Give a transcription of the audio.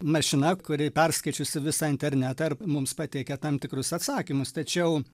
mašina kuri perskaičiusi visą internetą ar mums pateikia tam tikrus atsakymus tačiau